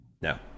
No